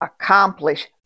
accomplish